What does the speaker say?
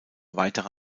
weitere